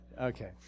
okay